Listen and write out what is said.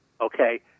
Okay